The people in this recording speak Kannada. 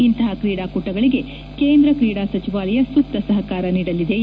ಇಂತಹ ಕ್ರೀಡಾಕೂಟಗಳಿಗೆ ಕೇಂದ್ರ ಕ್ರೀಡಾ ಸಚಿವಾಲಯ ಸೂಕ್ತ ಸಹಕಾರ ನೀಡಲಿದೆ ಎಂದರು